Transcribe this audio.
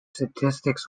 statistics